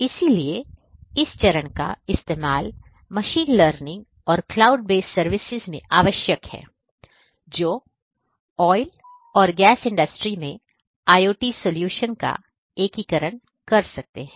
इसीलिए इस चरण का इस्तेमाल मशीन लर्निंग और क्लाउड बेस्ड सर्विस में आवश्यक है जो ऑयल और गैस इंडस्ट्री में IOT सॉल्यूशन का एकीकरण कर सकते हैं